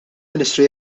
ministru